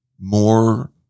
more